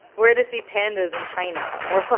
where to see pandas in china or,